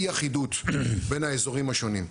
אי אחידות בין האזורים השונים.